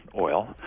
oil